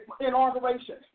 inauguration